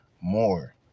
more